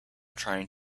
trying